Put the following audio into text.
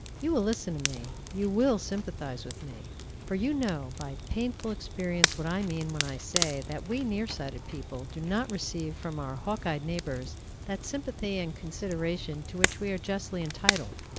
you will listen to me you will sympathize with me for you know by painful experience what i mean when i say that we near-sighted people do not receive from our hawk-eyed neighbors that sympathy and consideration to which we are justly entitled.